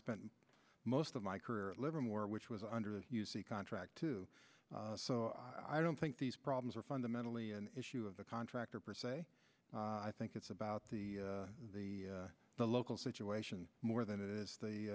spent most of my career at livermore which was under the contract to so i don't think these problems are fundamentally an issue of the contractor per se i think it's about the the the local situation more than it is the